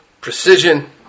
precision